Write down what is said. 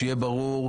שיהיה ברור,